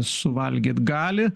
suvalgyt gali